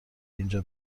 اینجا